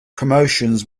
promotions